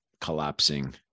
collapsing